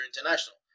International